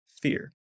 fear